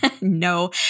No